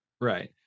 Right